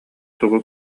тугу